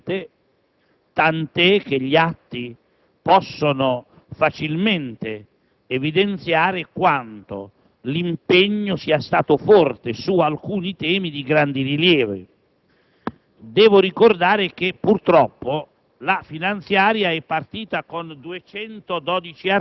In Commissione l'opposizione ha lavorato altrettanto seriamente, e gli atti possono facilmente evidenziare quanto sia stato forte l'impegno su alcuni temi di grande rilievo.